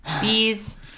Bees